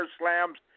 slams